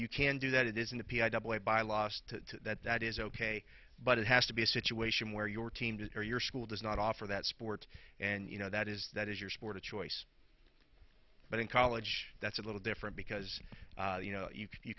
you can do that it isn't to that that is ok but it has to be a situation where your team to your school does not offer that sport and you know that is that is your sport of choice but in college that's a little different because you know